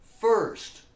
first